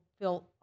feel